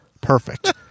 perfect